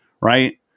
right